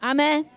Amen